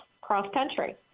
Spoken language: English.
cross-country